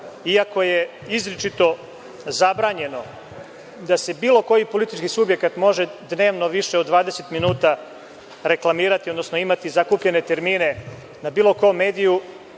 iako je izričito zabranjeno da se bilo koji politički subjekat može dnevno više od 20 minuta reklamirati, odnosno imati zakupljene termine na bilo kom mediju,